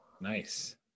Nice